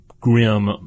grim